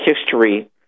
history